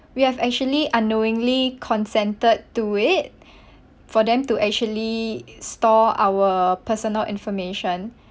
we have actually unknowingly consented to it for them to actually store our personal information